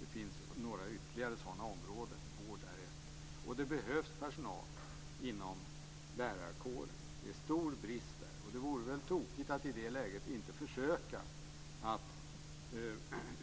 Det finns också några ytterligare sådana områden - t.ex. vård - där det behövs personal. Dessutom behövs det personal inom lärarkåren. Det råder stor brist där. I det läget vore det tokigt att inte försöka att